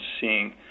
seeing